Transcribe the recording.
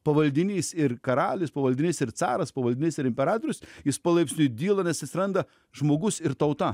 pavaldinys ir karalius pavaldinys ir caras pavaldinys ir imperatorius jis palaipsniui dyla nes atsiranda žmogus ir tauta